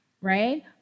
right